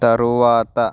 తరువాత